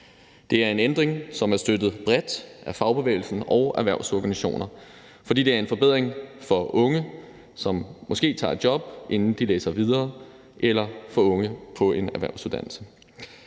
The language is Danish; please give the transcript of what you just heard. Det er en ændring, som er støttet bredt af fagbevægelsen og erhvervsorganisationer, fordi det er en forbedring for unge, som måske tager et job, inden de læser videre, eller for unge på en erhvervsuddannelse.